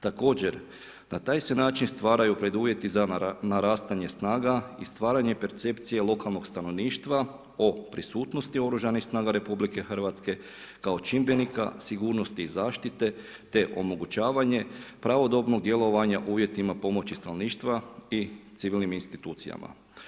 Također, na taj se način stvaraju preduvjeti za narastanje snaga i stvaranje percepcije lokalnog stanovništva o prisutnosti Oružanih snaga RH kao čimbenika sigurnosti i zaštite te omogućavanje pravodobnog djelovanja uvjetima pomoći stanovništva i civilnim institucijama.